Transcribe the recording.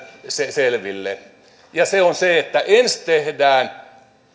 selville ja se on se että ensin tehdään